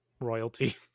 royalty